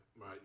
right